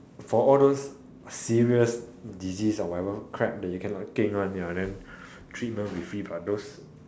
for all those serious disease or whatever crap that you cannot keng one ya then treatment with fee for those